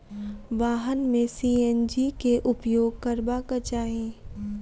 वाहन में सी.एन.जी के उपयोग करबाक चाही